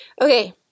Okay